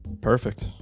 Perfect